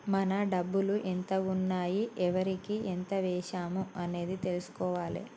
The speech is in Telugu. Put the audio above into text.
మన డబ్బులు ఎంత ఉన్నాయి ఎవరికి ఎంత వేశాము అనేది తెలుసుకోవాలే